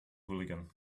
hooligan